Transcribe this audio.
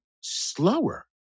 slower